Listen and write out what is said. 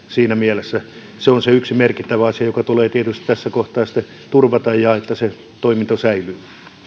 siinä mielessä se on se yksi merkittävä asia joka tulee tietysti tässä kohtaa sitten turvata että se toiminto säilyy